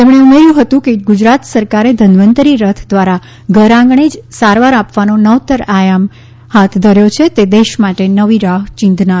તેમણે ઉમેર્યુ કે ગુજરાત સરકારે ધન્વંતરી રથ દ્વારા ઘરઆંગણે જ સારવાર આપવાનો નવતર આયામ હાથ ધર્યો છે તે દેશ માટે નવી રાહ્ ચીંધનારો છે